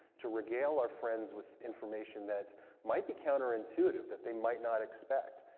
to regale our friends with information that might be counter intuitive. that they might not expect.